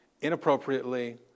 inappropriately